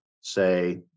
say